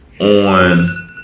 on